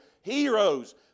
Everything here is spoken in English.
heroes